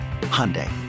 Hyundai